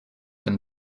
been